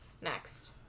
next